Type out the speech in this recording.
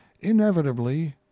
inevitably